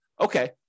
okay